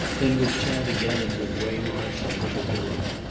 then with chad again and with waymarsh and little bilham,